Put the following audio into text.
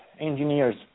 engineers